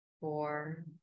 four